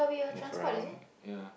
move around ya